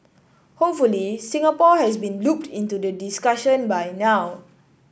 hopefully Singapore has been looped into the discussion by now